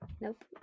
Nope